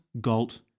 Galt